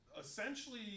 essentially